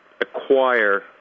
acquire